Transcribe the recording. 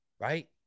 right